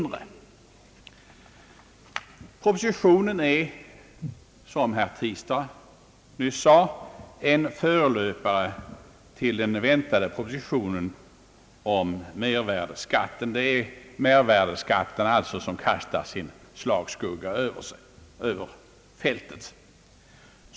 Propositionen är, som herr Tistad nyss framhöll, en förelöpare till den väntade propositionen om mervärdeskatt. Det är alltså denna skatt som kastar sin slagskugga över fältet.